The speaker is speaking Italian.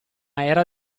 era